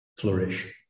flourish